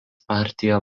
partija